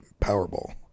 Powerball